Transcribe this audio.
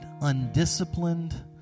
undisciplined